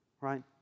Right